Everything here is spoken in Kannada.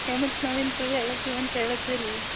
ಏ ಮತ್ತು ನಾವೇನು ಸುಳ್ಳು ಹೇಳಾತ್ತೀವಿ ಅಂತ ಹೇಳಾತ್ತೀವಿ ರೀ